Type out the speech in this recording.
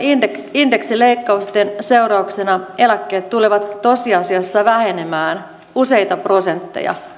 indeksileikkausten seurauksena eläkkeet tulevat tosiasiassa vähenemään useita prosentteja